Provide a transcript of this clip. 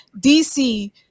dc